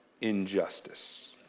injustice